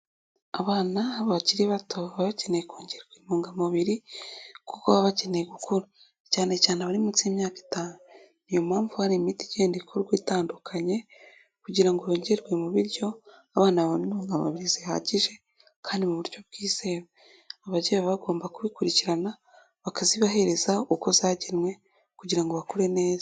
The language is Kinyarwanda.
Abana bakiri bato, baba bakeneye kongerwa intungamubiri kuko baba bakeneye gukura. Cyane cyane abari munsi y'imyaka itanu, ni iyo mpamvu hari imiti igenda ikorwa itandukanye kugira ngo yongerwe mu biryo, abana babona intungamubiri zihagije kandi mu buryo bwizewe, ababyeyi bagomba kubikurikirana, bakazibahereza uko zagenwe kugira ngo bakure neza.